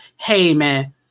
Heyman